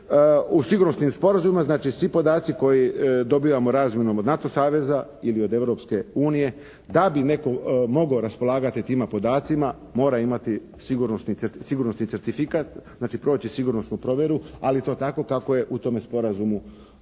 u sigurnosnim sporazumima znači, svi podaci koje dobivamo razmjenom od NATO saveza ili od Europske unije da bi netko mogao raspolagati tima podacima mora imati sigurnosni certifikat, znači proći sigurnosnu provjeru. Ali to tako kako je u tom sporazumu